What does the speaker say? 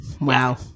Wow